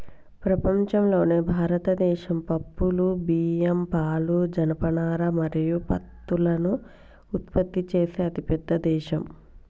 ప్రపంచంలోనే భారతదేశం పప్పులు, బియ్యం, పాలు, జనపనార మరియు పత్తులను ఉత్పత్తి చేసే అతిపెద్ద దేశం